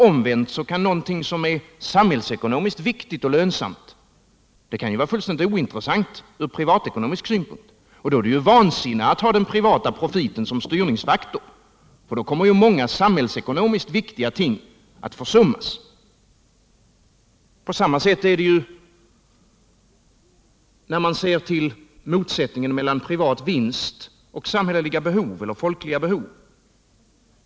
Omvänt kan någonting som är samhällsekonomiskt viktigt och lönsamt vara fullständigt ointressant ur privatekonomisk synpunkt. Då är det ju vansinne att ha den privata profiten som styrningsfaktor, för då kommer ju många samhällsekonomiskt viktiga ting att försummas. På samma sätt förhåller det sig när man ser till motsättningen mellan privat vinst och folkliga behov.